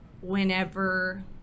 whenever